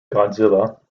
godzilla